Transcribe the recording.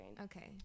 Okay